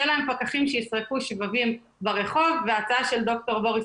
יהיו להם פקחים שיסרקו שבבים ברחוב וההצעה של ד"ר בוריס